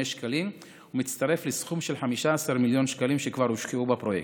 שקלים ומצטרף לסכום של 15 מיליון שקלים שכבר הושקעו בפרויקט.